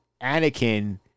Anakin